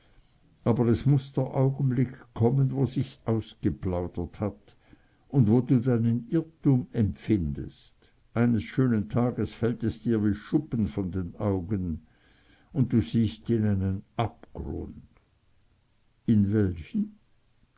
aber es muß der augenblick kommen wo sich's ausgeplaudert hat und wo du deinen irrtum empfindest eines schönen tages fällt es dir wie schuppen von den augen und du siehst in einen abgrund in welchen